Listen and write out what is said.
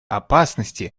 опасности